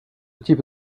type